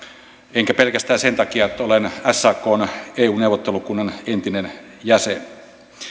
enkä pelkästään sen takia että olen sakn eu neuvottelukunnan entinen jäsen